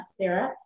Sarah